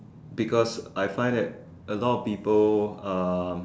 because I find that a lot of people um